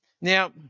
Now